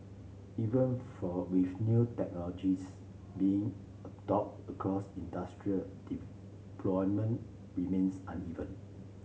even for with new technologies being adopted across industry deployment remains uneven